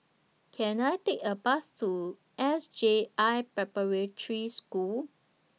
Can I Take A Bus to S J I Preparatory School